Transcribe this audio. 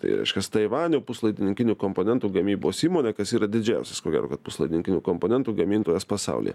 tai reiškias taivanio puslaidininkinių komponentų gamybos įmone kas yra didžiausias ko gero vat puslaidininkinių komponentų gamintojas pasaulyje